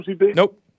Nope